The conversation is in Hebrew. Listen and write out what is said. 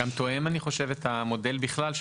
זה גם תואם את המודל בכלל,